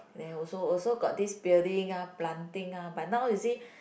then also also got this building uh planting uh but now you see